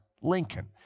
Lincoln